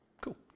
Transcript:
cool